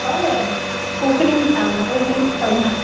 हय हय कोंकणीन सांग म्हाका इंग्लीश कळना